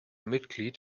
mitglied